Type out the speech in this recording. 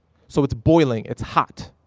so it's boiling, it's hot.